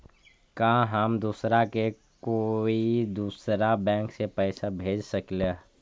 का हम दूसरा के कोई दुसरा बैंक से पैसा भेज सकिला?